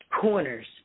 corners